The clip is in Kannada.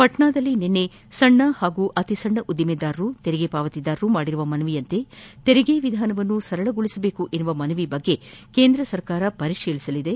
ಪಾಟ್ಯಾದಲ್ಲಿ ನಿನ್ನೆ ಸಣ್ಣ ಹಾಗೂ ಅತಿಸಣ್ಣ ಉಧಿಮೆದಾರರು ತೆರಿಗೆ ಪಾವತಿದಾರರು ಮಾಡಿರುವ ಮನವಿಯಂತೆ ತೆರಿಗೆ ವಿಧಾನವನ್ನು ಸರಳಗೊಳಿಸಬೇಕೆಂಬ ಮನವಿ ಬಗ್ಗೆ ಕೇಂದ್ರ ಪರಿಶೀಲನೆ ಮಾಡಲಿದೆ